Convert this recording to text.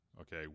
okay